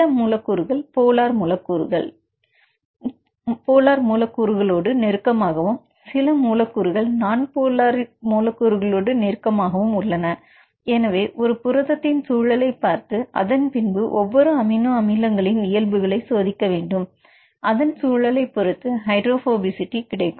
சில மூலக்கூறுகள் போலார் மூலக்கூறுகள் இடம் நெருக்கமாகவும் சில மூலக்கூறுகள் நான் போலார் அவர்களிடம் நெருக்கமாகவும் உள்ளன எனவே ஒரு புரதத்தின் சூழலை பார்த்து அதன்பின்பு ஒவ்வொரு அமினோ அமிலங்களின் இயல்புகளை சோதிக்க வேண்டும் அதன் சூழலை பொறுத்து ஹைட்ரோபோபிசிட்டி கிடைக்கும்